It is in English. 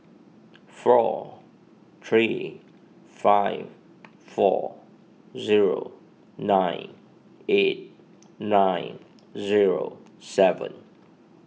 four three five four zero nine eight nine zero seven